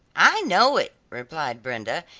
i know it, replied brenda,